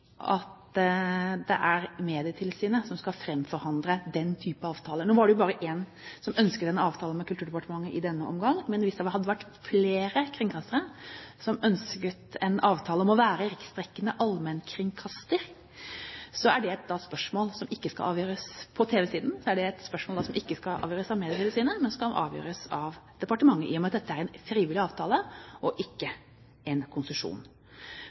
at det er Medietilsynet som skal framforhandle den type avtaler. Nå var det jo bare én som ønsket en avtale med Kulturdepartementet i denne omgang, men hvis det hadde vært flere kringkastere som ønsket en avtale om å være riksdekkende allmennkringkaster, så er det da – på tv-siden – et spørsmål som ikke skal avgjøres av Medietilsynet, men som skal avgjøres av departementet, i og med at dette er en frivillig avtale og ikke en konsesjon.